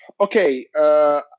okay